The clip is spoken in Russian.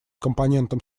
компонентом